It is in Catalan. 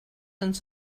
ens